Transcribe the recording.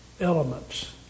elements